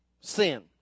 Sin